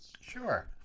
Sure